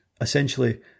essentially